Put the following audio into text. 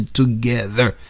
together